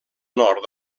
nord